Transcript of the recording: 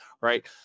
right